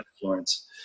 Florence